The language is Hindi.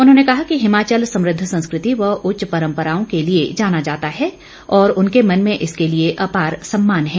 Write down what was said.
उन्होंने कहा कि हिमाचल समृद्व संस्कृति व उच्च परम्पराओं के लिए जाना जाता है और उनके मन में इसके लिए अपार सम्मान है